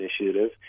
initiative